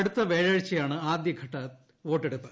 അടുത്ത വ്യാഴാഴ്ചയാണ് ആദ്യഘട്ട വോട്ടെടുപ്പ്